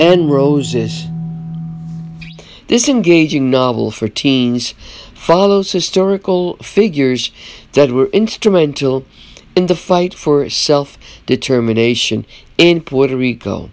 and roses this in gauging novels for teens follows historical figures that were instrumental in the fight for self determination in puerto rico